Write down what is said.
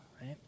right